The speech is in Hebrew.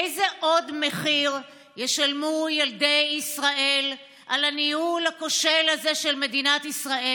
איזה עוד מחיר ישלמו ילדי ישראל על הניהול הכושל הזה של מדינת ישראל?